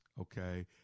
okay